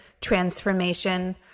Transformation